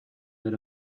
that